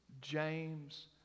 James